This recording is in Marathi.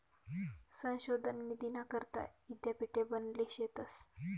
संशोधन निधीना करता यीद्यापीठे बनेल शेतंस